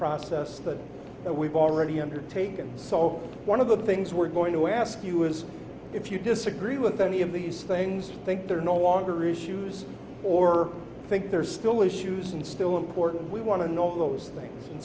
process that we've already undertaken so one of the things we're going to ask you is if you disagree with any of these things think they're no longer issues or think they're still issues and still important we want to know those things and